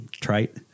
trite